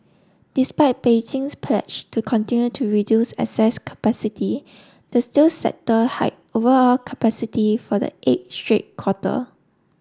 despite Beijing's pledge to continue to reduce excess capacity the steel sector hiked overall capacity for the eighth straight quarter